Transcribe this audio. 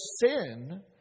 sin